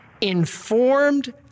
informed